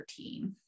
13